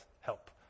help